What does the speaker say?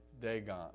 Dagon